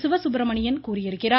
சிவசுப்பிரமணியன் கூறியிருக்கிறார்